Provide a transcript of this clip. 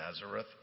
Nazareth